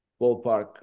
ballpark